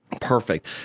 Perfect